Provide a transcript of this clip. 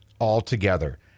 altogether